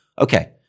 Okay